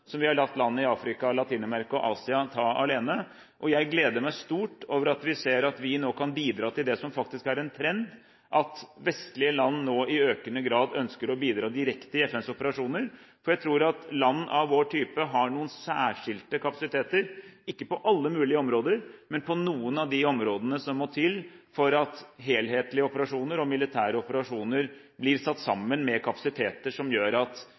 som vi har latt land i Afrika, Latin-Amerika og Asia ta alene. Jeg gleder meg stort over at vi ser at vi nå kan bidra til det som faktisk er en trend; at vestlige land nå i økende grad ønsker å bidra direkte i FNs-operasjoner. Jeg tror at land av vår type har noen særskilte kapasiteter, ikke på alle mulige områder, men på noen av de områdene som må til for at helhetlige operasjoner og militære operasjoner blir satt sammen med kapasiteter som gjør at